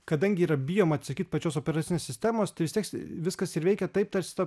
kadangi yra bijoma atsisakyt pačios operacinės sistemos tai vis tiek viskas ir veikia taip tarsi ta